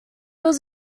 was